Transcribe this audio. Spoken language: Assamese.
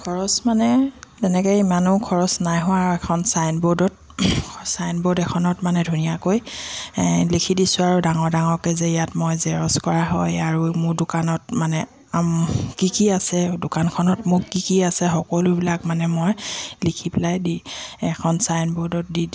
খৰচ মানে তেনেকৈ ইমানো খৰচ নাই হোৱা আৰু এখন চাইন বৰ্ডত চাইন বৰ্ড এখনত মানে ধুনীয়াকৈ লিখি দিছোঁ আৰু ডাঙৰ ডাঙৰকৈ যে ইয়াত মই জেৰচ কৰা হয় আৰু মোৰ দোকানত মানে কি কি আছে দোকানখনত মোক কি কি আছে সকলোবিলাক মানে মই লিখি পেলাই দি এখন চাইন বৰ্ডত দি